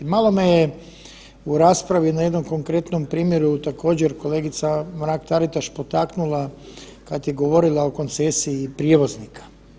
Malo me je u raspravi na jednom konkretnom primjeru također kolegica Mrak Taritaš potaknula kad je govorila o koncesiji prijevoznika.